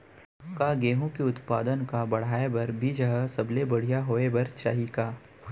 का गेहूँ के उत्पादन का बढ़ाये बर बीज ह सबले बढ़िया होय बर चाही का?